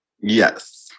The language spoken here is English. Yes